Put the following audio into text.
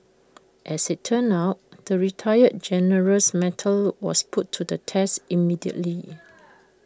as IT turned out the retired general's mettle was put to the test immediately